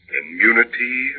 immunity